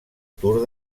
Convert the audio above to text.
tour